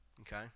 Okay